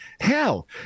Hell